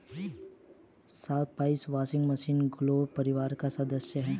Cyprus vine morning glory परिवार की सदस्य हैं